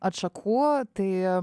atšakų tai